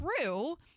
true